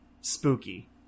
spooky